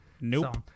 Nope